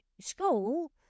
school